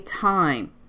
time